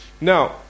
Now